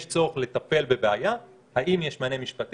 יש צורך לטפל בבעיה: האם יש מענה משפטי?